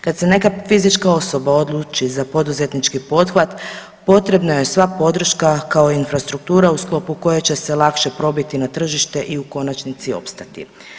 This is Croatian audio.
Kad se neka fizička osoba odluči za poduzetnički pothvat potrebno joj je sva podrška, kao i infrastruktura u sklopu koje će se lakše probiti na tržište i u konačnici opstati.